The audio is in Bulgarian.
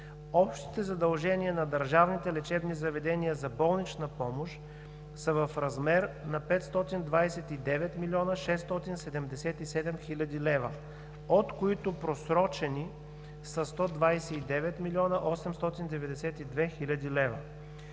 общите задължения на държавните лечебни заведения за болнична помощ са в размер на 529 млн. 677 хил. лв., от които просрочени са 129 млн. 892 хил. лв.